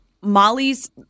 Molly's